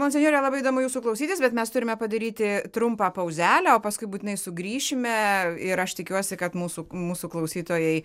monsinjore labai įdomu jūsų klausytis bet mes turime padaryti trumpą pauzelę o paskui būtinai sugrįšime ir aš tikiuosi kad mūsų mūsų klausytojai